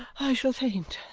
i shall faint,